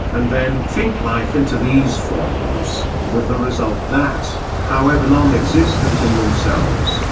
and then think life into these forms with the result that, however non-existent in themselves,